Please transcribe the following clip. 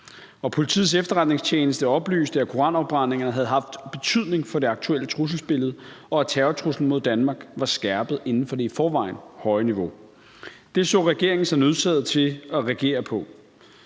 Politiets Efterretningstjeneste oplyste, at koranafbrændinger havde haft betydning for det aktuelle trusselsbillede, og at terrortruslen mod Danmark var skærpet inden for det i forvejen høje niveau. Det så regeringen sig nødsaget til at reagere på.